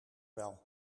wel